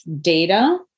data